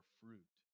fruit